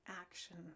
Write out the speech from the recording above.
action